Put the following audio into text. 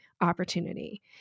opportunity